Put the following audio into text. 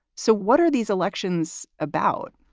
so what are these elections about?